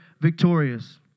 victorious